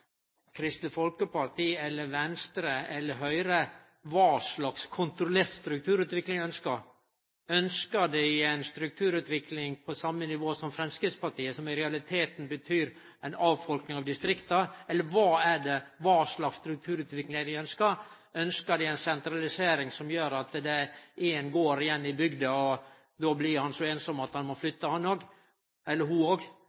Kristeleg Folkeparti, frå Venstre eller frå Høgre, kva slags kontrollert strukturutvikling dei ønskjer. Ønskjer dei ei strukturutvikling på same nivå som det Framstegspartiet ønskjer, som i realiteten betyr ei avfolking av distrikta? Kva slags strukturutvikling er det dei ønskjer? Ønskjer dei ei sentralisering som gjer at det er éin gard igjen i bygda, og då blir det så einsamt at òg han eller ho må flytte? Eg synest at